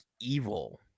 evil